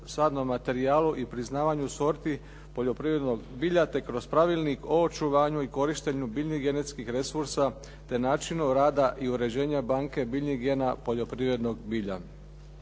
sadnom materijalu i priznavanju sorti poljoprivrednog bilja te kroz Pravilnik o očuvanju i korištenju biljnih genetskih resursa te načinu rada i uređenju banke biljnih gena poljoprivrednog bilja.